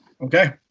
Okay